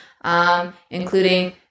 Including